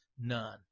none